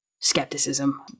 skepticism